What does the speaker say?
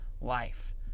life